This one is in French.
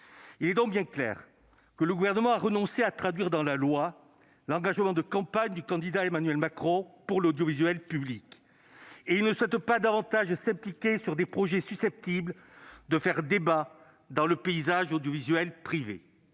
Il est donc bien clair que le Gouvernement a renoncé à traduire dans la loi l'engagement de campagne du candidat Emmanuel Macron pour l'audiovisuel public. Il ne souhaite pas davantage s'impliquer sur des projets susceptibles de faire débat dans le paysage audiovisuel privé.